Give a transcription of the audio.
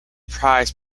prized